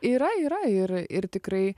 yra yra ir ir tikrai